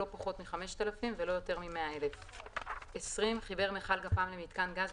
לא פחות מ- 5,000 ולא יותר מ- 100,000. (20) חיבר מכל גפ"מ למיתקן גז,